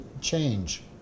change